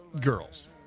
girls